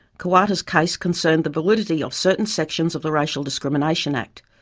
koowarta's case concerned the validity of certain sections of the racial discrimination act.